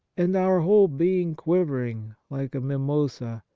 and our whole being quivering, like a mimosa,